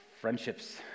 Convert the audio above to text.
friendships